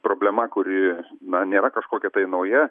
problema kuri na nėra kažkokia tai nauja